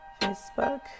Facebook